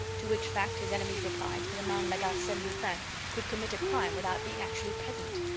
to which fact, his enemies replied that a man like arsene lupin could commit a crime without being actually present.